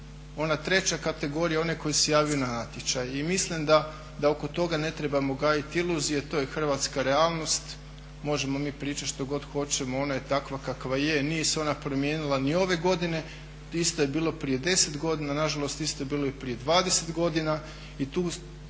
ona treća kategorija onaj koji se javio na natječaj. I mislim da oko toga ne trebamo gajiti iluzije jer to je hrvatska realnost, možemo mi pričati što god hoćemo ona je takva kakva je. Nije se ona promijenila ni ove godine, isto je bilo prije 10 godina nažalost isto je bilo i prije 20 godina i taj